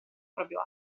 proprio